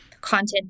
content